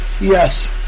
Yes